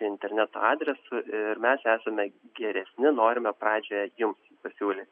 interneto adresu ir mes esame geresni norime pradžioje jums pasiūlyti